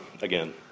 Again